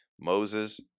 Moses